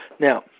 Now